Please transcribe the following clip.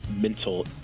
mental